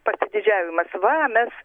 pasididžiavimas va mes